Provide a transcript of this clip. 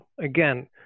Again